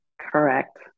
Correct